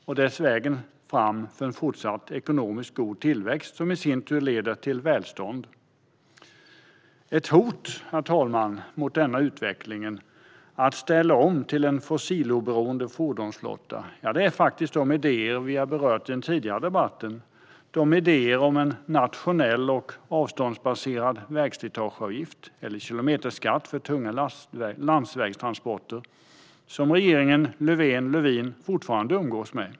Det är vägen fram till en fortsatt god ekonomisk tillväxt, som i sin tur leder till välstånd. Ett hot, herr talman, mot utvecklingen för att ställa om till en fossiloberoende fordonsflotta är de idéer som vi har berört i den tidigare debatten om en nationell och avståndsbaserad vägslitageavgift eller kilometerskatt för tunga landsvägstransporter som regeringen Löfven/Lövin fortfarande umgås med.